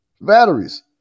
batteries